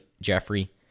Jeffrey